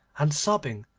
and sobbing,